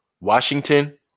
Washington